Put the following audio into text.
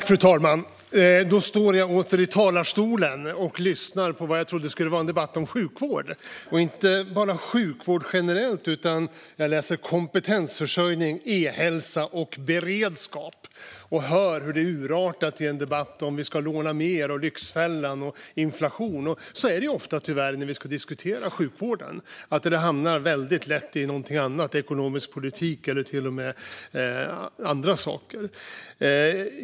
Fru talman! Då står jag åter i talarstolen efter att ha lyssnat på vad jag trodde skulle vara en debatt om sjukvård - och inte bara sjukvård generellt utan kompetensförsörjning, e-hälsa och beredskap - men hört hur det urartat till en debatt om huruvida vi ska låna mer och om Lyxfällan och inflation. Så är det tyvärr ofta när vi ska diskutera sjukvården: Det hamnar väldigt lätt i något annat, ekonomisk politik eller helt andra saker.